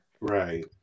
Right